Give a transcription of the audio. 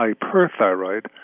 hyperthyroid